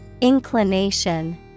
Inclination